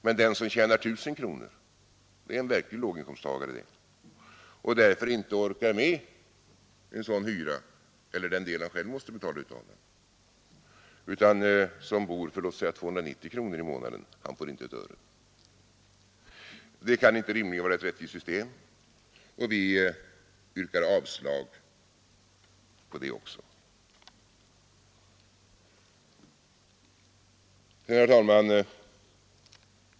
Men den som tjänar 1 000 kronor — det är en verklig låginkomsttagare, det — och därför inte orkar med den del han själv måste betala av en sådan hyra utan bor för låt oss säga 290 kronor i månaden får inte ett öre. Detta kan inte rimligen vara ett rättvist system, och vi yrkar avslag på det också. Herr talman!